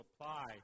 apply